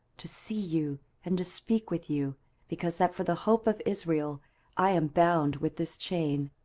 to see you, and to speak with you because that for the hope of israel i am bound with this chain.